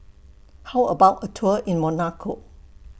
How about A Tour in Monaco